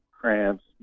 cramps